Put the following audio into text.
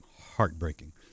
heartbreaking